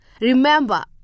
Remember